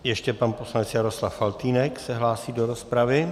Ještě pan poslanec Jaroslav Faltýnek se hlásí do rozpravy.